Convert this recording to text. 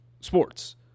sports